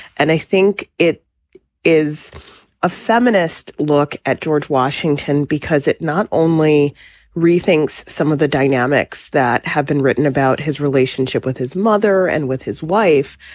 and i think it is a feminist look at george washington, because it not only rethinks some of the dynamics that have been written about his relationship with his mother and with his wife,